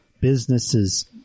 businesses